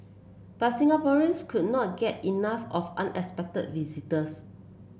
but Singaporeans could not get enough of unexpected visitors